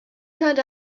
turned